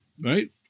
right